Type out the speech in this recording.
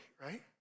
right